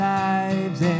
lives